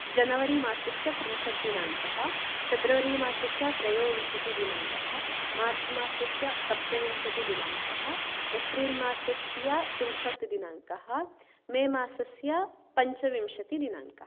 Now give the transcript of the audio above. जनवरीमासस्य त्रिंशत् दिनाङ्कः फ़ेब्रवरिमासस्य त्रयोविंशतिदिनाङ्कः मार्च् मासस्य सप्तविंशतिदिनाङ्कः एप्रिल् मासस्य त्रिंशत् दिनाङ्कः मे मासस्य पञ्चविंशतिदिनाङ्कः